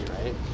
right